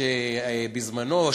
שבזמנו,